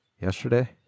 Yesterday